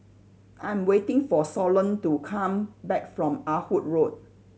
I'm waiting for Solon to come back from Ah Hood Road